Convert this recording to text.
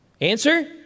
Answer